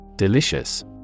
Delicious